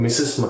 Mrs